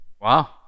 Wow